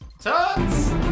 Tots